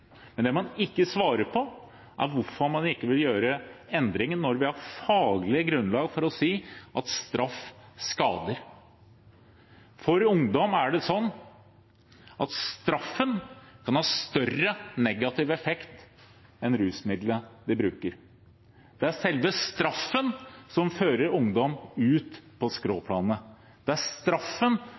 Men det man ikke svarer på, er hvorfor man ikke vil gjøre endringer når vi har faglig grunnlag for å si at straff skader. For ungdom er det sånn at straffen har større negativ effekt enn rusmiddelet de bruker. Det er selve straffen som fører ungdom ut på skråplanet. Det er straffen